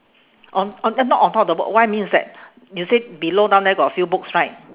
on on uh not on top of the book what I mean is that you said below down there got a few books right